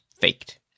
faked